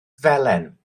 felen